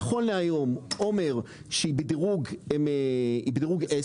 נכון להיום עומר שהיא דירוג 10,